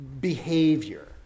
behavior